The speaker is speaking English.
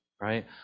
right